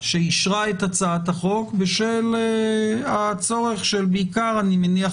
שאישרה את הצעת החוק ושל הצורך אני מניח בעיקר